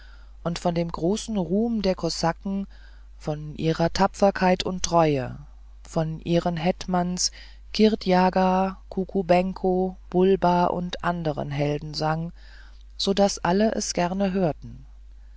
und von dem großen ruhm der kosaken von ihrer tapferkeit und treue von ihren hetmans kirdjaga kukubenko bulba und anderen helden sang so daß alle es gerne hörten